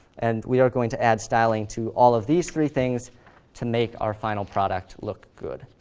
and we are going to add styling to all of these three things to make our final product look good.